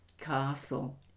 castle